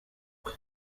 kwe